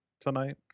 tonight